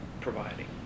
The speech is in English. providing